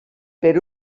per